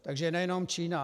Takže nejenom Čína.